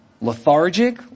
lethargic